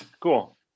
cool